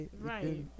Right